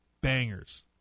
bangers